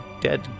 dead